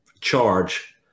charge